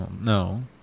No